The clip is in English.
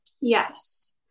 Yes